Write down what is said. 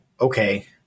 okay